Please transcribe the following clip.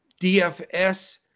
DFS